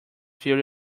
theory